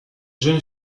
jeune